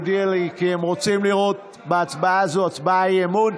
הוא הודיע לי כי הם רוצים לראות בהצבעה הזאת הצבעת אי-אמון.